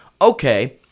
Okay